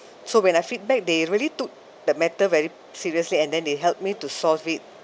so when I feedback they really took the matter very seriously and then they helped me to solve it